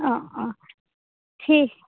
অঁ অঁ ঠিক